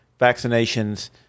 vaccinations